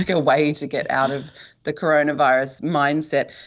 a way to get out of the coronavirus mindset.